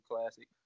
Classic